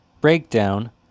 breakdown